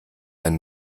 ein